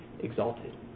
exalted